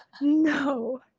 No